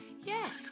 yes